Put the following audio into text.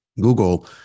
Google